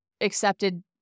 accepted